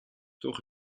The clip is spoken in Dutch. toch